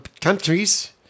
countries